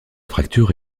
fracture